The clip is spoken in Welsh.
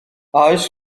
oes